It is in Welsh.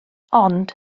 ond